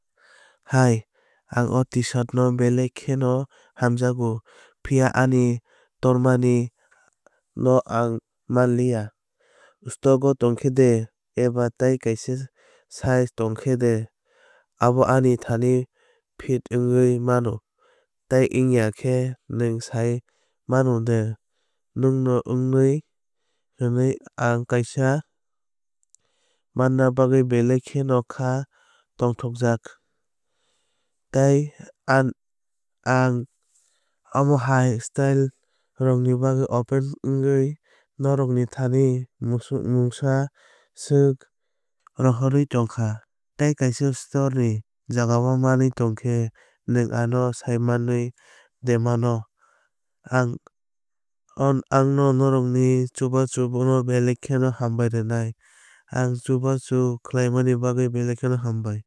Hi ang o T shirt no belai kheno hamjakgo phiya ani tormani no ang manliya. Stock o tongkha de eba tei kaisa size tongkhe de abo ani thani fit wngwi mano tei wngya khe nwng sai mano de. Nwng no wngnai hwnwi ang kaisa manna bagwi belai kheno khá tongthokjak. Tei ang omo hai stylerokni bagwi open wngwui norokni thani mungsa swk rohorwui tongkha. Tei kaisa store ni jagao manwi tongkhe nwng ano saimanwui de mano. Ang no norok ni chubachu no belai kheno hambai rwnai. Ang chubachu khlaimanini bagwi belai khe hambai.